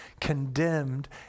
condemned